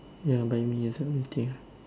ya by me also you take ah